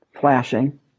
flashing